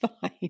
fine